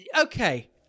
okay